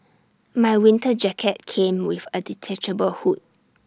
my winter jacket came with A detachable hood